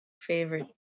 favorite